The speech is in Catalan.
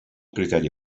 criteri